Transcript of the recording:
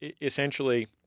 essentially